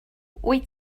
wyt